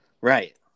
Right